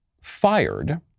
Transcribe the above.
fired